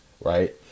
Right